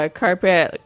carpet